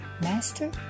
Master